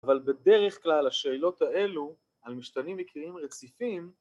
‫אבל בדרך כלל השאלות האלו ‫על משתנים מקריים רציפים...